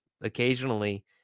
occasionally